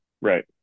Right